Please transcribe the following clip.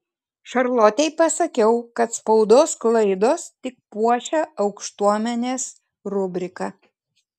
šarlotei pasakiau kad spaudos klaidos tik puošia aukštuomenės rubriką